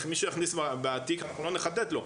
אם מישהו יכניס בתיק אנחנו לא נחטט לו,